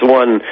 one